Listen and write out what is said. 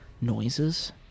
noises